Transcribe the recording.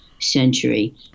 century